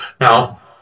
Now